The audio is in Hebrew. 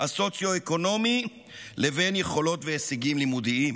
הסוציו-אקונומי לבין יכולת והישגים לימודיים.